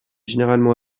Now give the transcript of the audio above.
généralement